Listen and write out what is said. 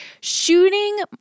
shooting